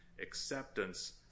acceptance